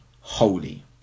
holy